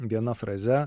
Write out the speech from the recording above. viena fraze